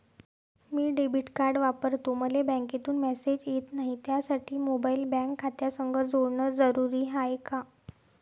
मी debit card वापरतो मले बँकेतून मॅसेज येत नाही, त्यासाठी मोबाईल बँक खात्यासंग जोडनं जरुरी हाय का?